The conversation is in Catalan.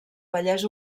vallès